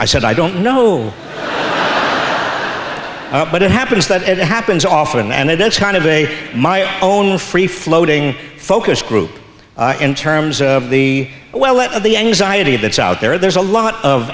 i said i don't know but it happens that it happens often and that's kind of a my own free floating focus group in terms of the well let the anxiety that's out there there's a lot of